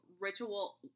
ritual